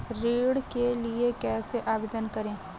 ऋण के लिए कैसे आवेदन करें?